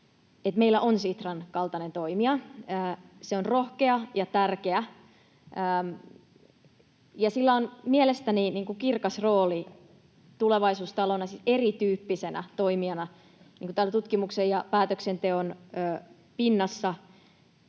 meillä on Sitran kaltainen toimija. Se on rohkea ja tärkeä, ja sillä on mielestäni kirkas rooli tulevaisuustalona, siis erityyppisenä toimijana täällä tutkimuksen ja päätöksenteon pinnassa